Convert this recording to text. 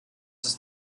ist